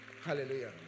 Hallelujah